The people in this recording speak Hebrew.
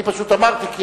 אני פשוט אמרתי,